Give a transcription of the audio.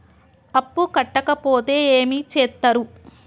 అప్పు కట్టకపోతే ఏమి చేత్తరు?